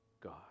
God